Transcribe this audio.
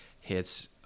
hits